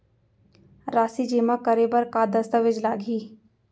राशि जेमा करे बर का दस्तावेज लागही?